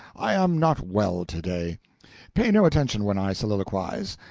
i am not well to-day pay no attention when i soliloquize,